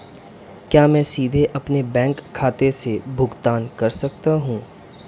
क्या मैं सीधे अपने बैंक खाते से भुगतान कर सकता हूं?